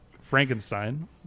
Frankenstein